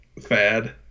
fad